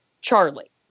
Charlie